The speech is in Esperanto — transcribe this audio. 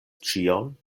ĉion